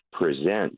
present